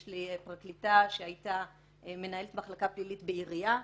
יש לי למשל פרקליטה שהייתה מנהלת מחלקה פלילית בעירייה,